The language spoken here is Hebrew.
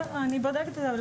אני בודקת את זה.